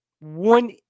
one